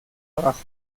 abajo